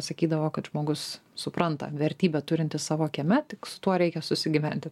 sakydavo kad žmogus supranta vertybę turintis savo kieme tik su tuo reikia susigyventi